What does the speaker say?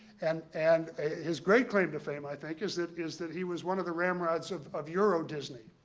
and and his great claim to fame, i think, is that is that he was one of the ramrods of of euro disney.